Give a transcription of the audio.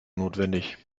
notwendig